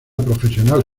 profesional